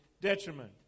detriment